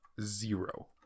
zero